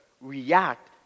react